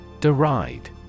Deride